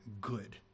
good